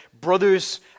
brothers